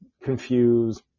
confuse